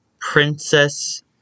Princess